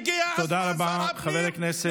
שר הפנים,